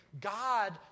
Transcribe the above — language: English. God